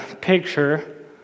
picture